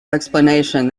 explanation